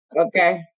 Okay